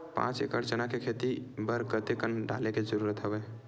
पांच एकड़ चना के खेती बर कते कन डाले के जरूरत हवय?